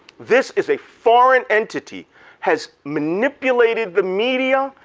this is a foreign entity has manipulated the media,